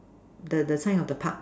the the sign of the Park